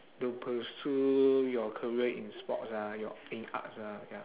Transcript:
to pursue your career in sports ah your in arts ah ya